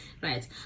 Right